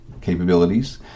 capabilities